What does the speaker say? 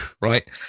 Right